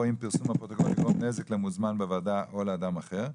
או אם פרסום הפרוטוקול יגרום נזק למוזמן בוועדה או לאדם אחר.